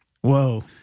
Whoa